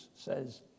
says